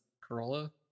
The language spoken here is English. Corolla